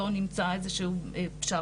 'בואו נמצא איזו שהיא פשרה',